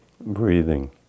breathing